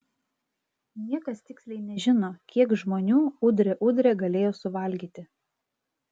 niekas tiksliai nežino kiek žmonių udre udre galėjo suvalgyti